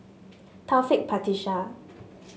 Taufik Batisah